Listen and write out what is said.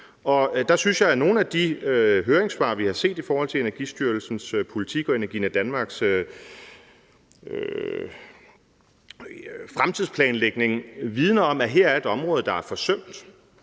Jeg synes, at nogle af de høringssvar, vi har set i forhold til Energistyrelsens politik og Energinet Danmarks fremtidsplanlægning, vidner om, at der her er et område, der er forsømt.